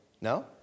No